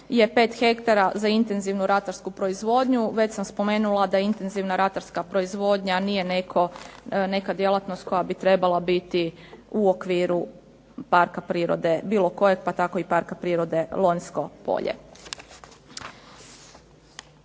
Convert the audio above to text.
je 5 hektara za intenzivnu ratarsku proizvodnju, već sam spomenula da intenzivna ratarska proizvodnja nije neka djelatnost koja bi trebala biti u okviru parka prirode bilo kojeg pa tako i Parka prirode Lonjsko polje.